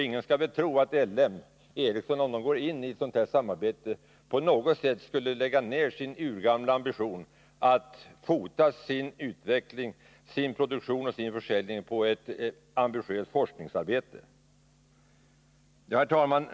Ingen kan väl tro att L M Ericsson, om företaget går in i ett sådant här samarbete, på något sätt släpper sin urgamla ambition att fota sin utveckling, sin produktion och sin försäljning på ett ambitiöst forskningsoch utvecklingsarbete! Herr talman!